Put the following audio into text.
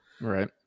Right